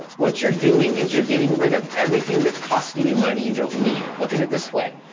what you're doing is you're getting rid of everything that's costing you money, you don't need. look at it this way.